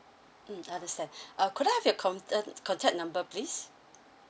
mm understand uh could I have your conta~ contact number please